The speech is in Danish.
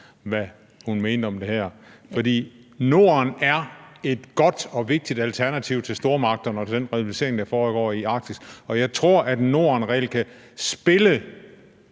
hvad hun mente om det her. For Norden er et godt og vigtigt alternativ til stormagterne og til den rivalisering, der foregår i Arktis, og jeg tror, at Norden reelt kan spille